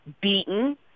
beaten